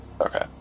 Okay